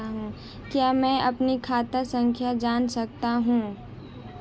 क्या मैं अपनी खाता संख्या जान सकता हूँ?